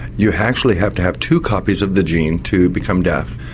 you actually have to have two copies of the gene to become deaf.